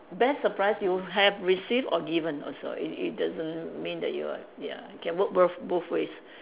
best surprise you have received or given oh sorry it it doesn't mean that you are ya it can work both both ways